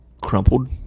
crumpled